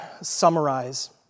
summarize